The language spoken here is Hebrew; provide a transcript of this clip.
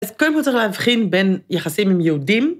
‫אז קודם כל צריך להבחין ‫בין יחסים עם יהודים.